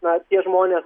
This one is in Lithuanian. na tie žmonės